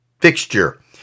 fixture